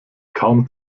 kaum